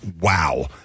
Wow